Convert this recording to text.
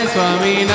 Swami